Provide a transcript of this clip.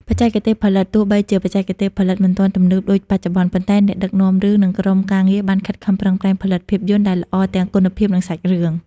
បច្ចេកទេសផលិត ទោះបីជាបច្ចេកទេសផលិតមិនទាន់ទំនើបដូចបច្ចុប្បន្ន ប៉ុន្តែអ្នកដឹកនាំរឿងនិងក្រុមការងារបានខិតខំប្រឹងប្រែងផលិតភាពយន្តដែលល្អទាំងគុណភាពនិងសាច់រឿង។